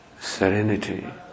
serenity